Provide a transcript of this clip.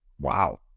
Wow